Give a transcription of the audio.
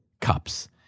cups